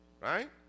right